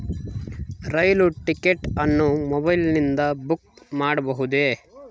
ರೈಲು ticket ಅನ್ನು ಮೊಬೈಲಿಂದ book ಮಾಡಬಹುದೆ?